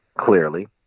clearly